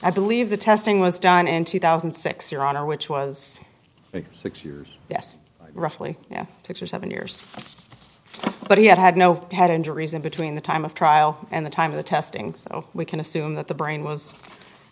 i believe the testing was done in two thousand and six your honor which was six years yes roughly six or seven years but he had had no head injuries and between the time of trial and the time of the testing so we can assume that the brain was